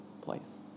place